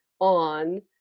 on